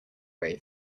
way